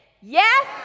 Yes